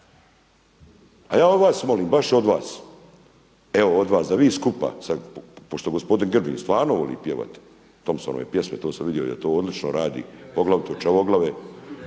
A ja od vas molim, baš od vas evo od vas da vi skupa sa pošto gospodin Grbin stvarno voli pjevati Thompsonove pjesme to sam vidio da on to odlično radi, poglavito Čavoglave